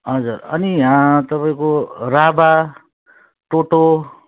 हजुर अनि यहाँ तपाईँको राभा टोटो